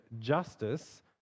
justice